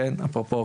אפרופו,